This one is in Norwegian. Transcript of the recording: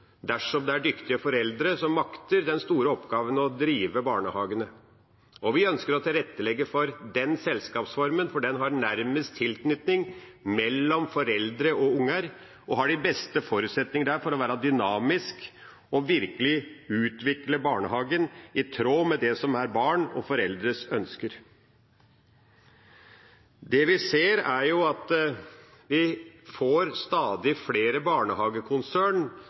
dersom det er dyktige foreldre som makter den store oppgaven det er å drive barnehagene. Vi ønsker å tilrettelegge for den selskapsformen, for den gir nærmest tilknytning mellom foreldre og unger og har de beste forutsetninger for å være dynamisk og virkelig utvikle barnehagen i tråd med det som er barn og foreldres ønsker. Det vi ser, er at vi får stadig flere barnehagekonsern